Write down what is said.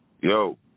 yo